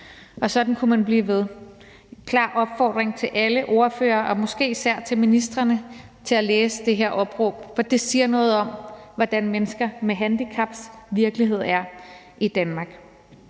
Sådan kunne man blive ved, og det er en klar opfordring til alle ordførere og måske også især til ministrene til at læse det her opråb. For det siger noget om, hvordan mennesker med handicaps virkelighed er i Danmark,